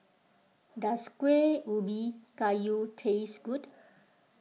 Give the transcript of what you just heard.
does Kueh Ubi Kayu taste good